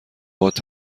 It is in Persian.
باهات